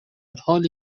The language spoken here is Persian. حالی